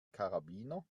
karabiner